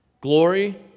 Glory